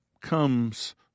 comes